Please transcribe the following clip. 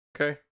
Okay